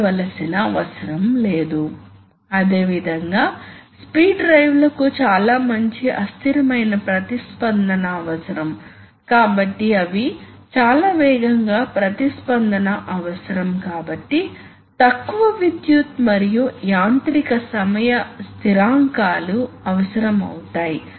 interface ఖర్చులు నిషేధించబడవచ్చు కొన్నిసార్లు మీరు ఎలక్ట్రానిక్స్ మరియు ఇతర అంశాలతో ఇంటర్ఫేస్ చేయవలసి ఉంటుంది కాబట్టి అధునాతన కంట్రోల్స్ కోసం కొన్నిసార్లు మీకు ఎలక్ట్రిక్ యాక్యుయేటర్లకు ప్రాధాన్యత ఇవ్వవచ్చు